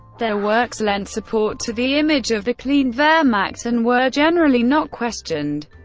their works lent support to the image of the clean wehrmacht and were generally not questioned,